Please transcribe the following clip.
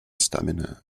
stamina